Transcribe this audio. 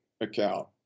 account